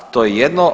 To je jedno.